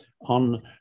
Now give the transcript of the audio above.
on